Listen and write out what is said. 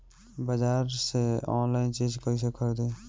बाजार से आनलाइन चीज कैसे खरीदी?